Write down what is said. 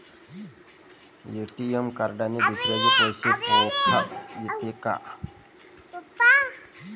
ATM कार्डने दुसऱ्याले पैसे पाठोता येते का?